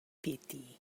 piti